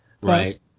Right